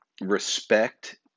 respect